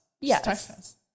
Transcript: Yes